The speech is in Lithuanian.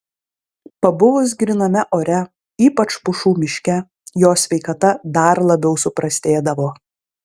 pabuvus gryname ore ypač pušų miške jo sveikata dar labiau suprastėdavo